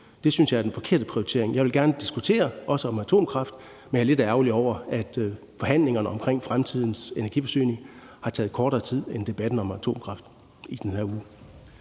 Det synes jeg er den forkerte prioritering. Jeg vil gerne diskutere, også om atomkraft, men jeg er lidt ærgerlig over, at forhandlingerne om fremtidens energiforsyning har taget kortere tid end debatten om atomkraft i den her uge.